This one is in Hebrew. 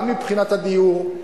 גם מבחינת הדיור,